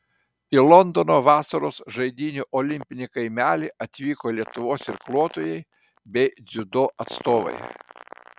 į londono vasaros žaidynių olimpinį kaimelį atvyko lietuvos irkluotojai bei dziudo atstovai